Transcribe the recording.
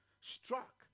struck